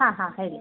ಹಾಂ ಹಾಂ ಹೇಳಿ